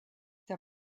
der